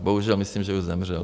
Bohužel, myslím, že už zemřel.